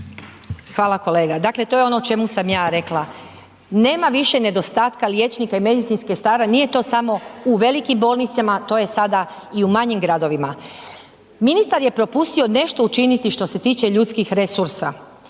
Hvala kolega, dakle to je ono o čemu sam ja rekla, nema više nedostatka liječnika i medicinskih sestara, nije to samo u velikim bolnicama, to je sada i u manjim gradovima. Ministar je propustio nešto učiniti što se tiče ljudskih resursa